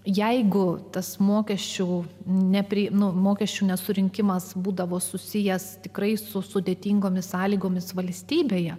jeigu tas mokesčių neprieinu mokesčių nesurinkimas būdavo susijęs tikrai su sudėtingomis sąlygomis valstybėje